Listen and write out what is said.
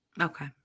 Okay